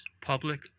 public